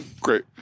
Great